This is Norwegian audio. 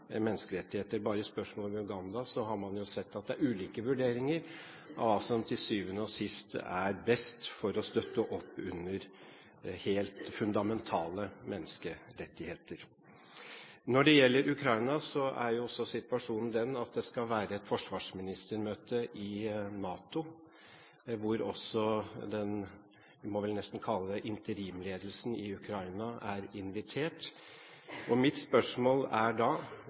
menneskerettigheter. Bare i spørsmålet om Uganda har man jo sett at det er ulike vurderinger av hva som til syvende og sist er best for å støtte opp under helt fundamentale menneskerettigheter. Når det gjelder Ukraina, er også situasjonen den at det skal være et forsvarsministermøte i NATO, hvor også det vi vel nesten må kalle interimledelsen i Ukraina, er invitert. Mitt spørsmål er da: